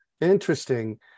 Interesting